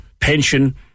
pension